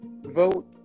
vote